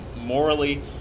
morally